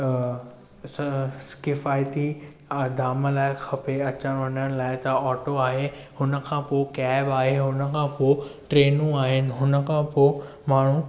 किफ़ाइती अदाम लाइ खपे अचण वञण लाइ त ऑटो आहे हुन खां पोइ कैब आहे हुन खां पोइ ट्रेनू आहे हुन खां पोइ माण्हू